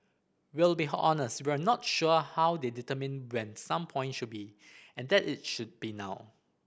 we'll be honest we're not sure how they determined when some point should be and that it should be now